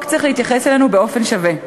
החוק צריך להתייחס אלינו באופן שווה.